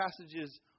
passages